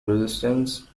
resistance